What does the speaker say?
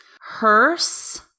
hearse